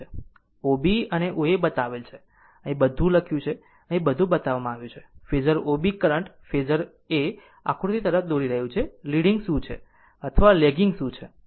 O B અને O A બત્તાવેલ છે અહીં બધું લખ્યું છે અહીં તે બતાવવામાં આવ્યું છે કે phasor O B current phasor એ આકૃતિ તરફ દોરી રહ્યું છે કે લીડીંગ શું છે અથવા લેગીગ અર્થ શું છે